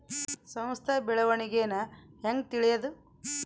ಸಂಸ್ಥ ಬೆಳವಣಿಗೇನ ಹೆಂಗ್ ತಿಳ್ಯೇದು